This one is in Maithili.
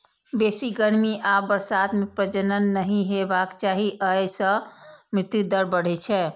बेसी गर्मी आ बरसात मे प्रजनन नहि हेबाक चाही, अय सं मृत्यु दर बढ़ै छै